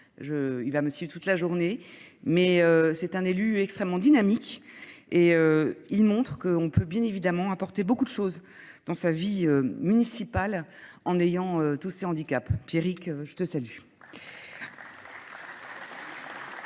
Il va me suivre toute la journée, mais c'est un élu extrêmement dynamique et il montre qu'on peut bien évidemment apporter beaucoup de choses dans sa vie municipale en ayant tous ces handicaps. Pierrick, je te salue.